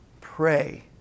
Pray